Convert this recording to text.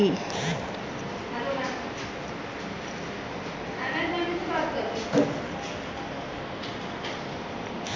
कवनो भी निवेश के कईला से पहिले ओकर भविष्य में केतना किमत बाटे इ जान लेवे के चाही